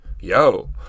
Yo